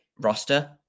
roster